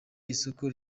isoko